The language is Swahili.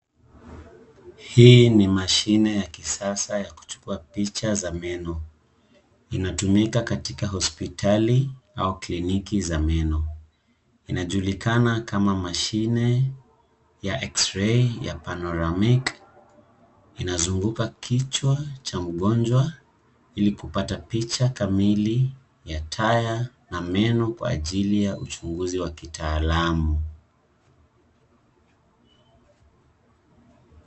Hii ni mashine ya kisasa ya kuchukua picha za meno. Inatumika katika hospitali au kliniki za meno. Inajulikana kama mashine ya x-ray ya panora make . Inazunguka kichwa cha mgonjwa ili kupata picha kamili ya taya na meno kwa ajili ya uchunguzi ya kitaalamu.